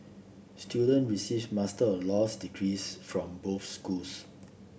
student receive Master of Laws degrees from both schools